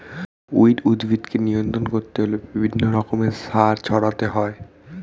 weed উদ্ভিদকে নিয়ন্ত্রণ করতে হলে বিভিন্ন রকমের সার ছড়াতে হয়